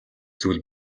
зүйл